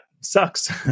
sucks